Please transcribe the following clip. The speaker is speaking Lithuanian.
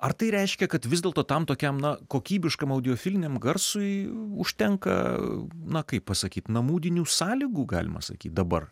ar tai reiškia kad vis dėlto tam tokiam na kokybiškam audiofiliniam garsui užtenka na kaip pasakyt namudinių sąlygų galima sakyt dabar